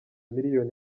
miliyoni